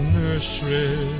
nursery